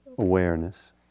awareness